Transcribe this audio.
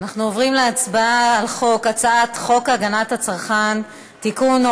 אנחנו עוברים להצבעה על הצעת חוק הגנת הצרכן (תיקון,